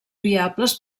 viables